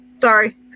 sorry